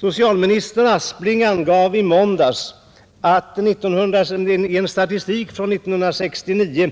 Socialminister Aspling omtalade i måndags att enligt en statistik från 1969